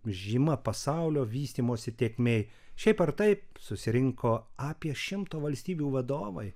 žyma pasaulio vystymosi tėkmėj šiaip ar taip susirinko apie šimto valstybių vadovai